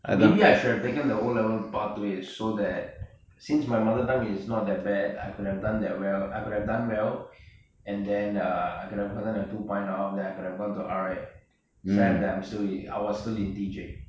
maybe I should have taken the O level pathway so that since my mother tongue is not that bad I could've done that well I could have done well and then err I could have gotten a two point all then I could have gone to R_I sad that I'm sti~ I was still in T_J